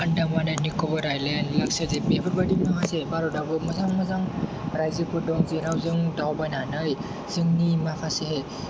Andaman and Nicobar island Lakshadweep बेफोरबायदि माखासे भारतआवबो माखासे मोजां मोजां रायजोफोर दं जेराव जों दावबायनानै जोंनि माखासे